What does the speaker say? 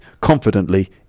confidently